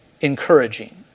encouraging